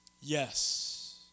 Yes